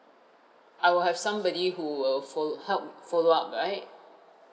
I will have somebody who will fol~ help follow up right